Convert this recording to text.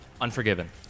Unforgiven